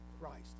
Christ